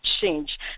change